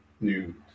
New